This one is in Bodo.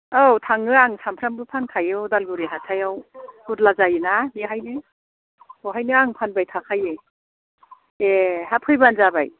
औ थाङो आं सानफ्रामबो फानखायो उदालगुरि हाथायाव गुधला जायोना बेहायनो बावहायनो आं फानबाय थाखायो ए हा फैब्लानो जाबाय